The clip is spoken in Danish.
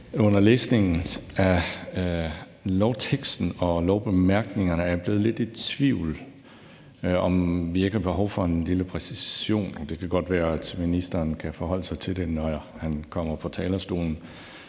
under læsningen af lovteksten og lovbemærkningerne er jeg blevet lidt i tvivl om, hvorvidt vi ikke har behov for en lille præcision. Det kan godt være, at ministeren kan forholde sig til det, når han kommer på talerstolen,